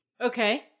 Okay